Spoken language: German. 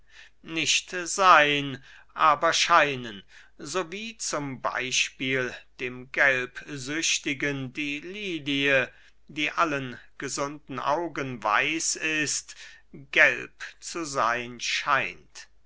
nicht seyn aber scheinen so wie z b dem gelbsüchtigen die lilie die allen gesunden augen weiß ist gelb zu seyn scheint